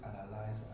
analyze